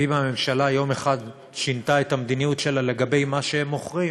ואם הממשלה יום אחד שינתה את המדיניות שלה לגבי מה שהם מוכרים,